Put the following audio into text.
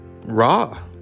raw